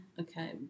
Okay